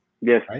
Yes